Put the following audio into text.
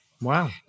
Wow